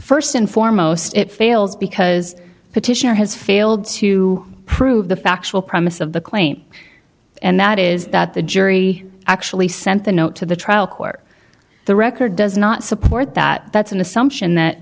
first and foremost it fails because petitioner has failed to prove the factual premise of the claim and that is that the jury actually sent the note to the trial court the record does not support that that's an assumption that